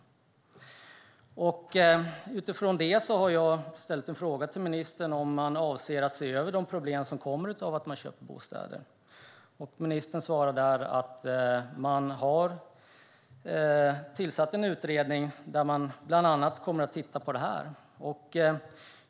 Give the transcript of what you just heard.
Mot den bakgrunden har jag ställt en fråga till ministern om han avser att se över de problem som kommer av att kommunerna köper bostadsrätter. Ministern svarar att man har tillsatt en utredning som kommer att titta på bland annat detta.